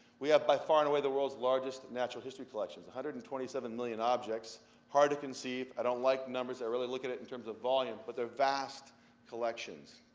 we have by far and away the world's largest natural history collections, one hundred and twenty seven million objects hard to conceive. i don't like numbers that really look at it in terms of volume, but they're vast collections.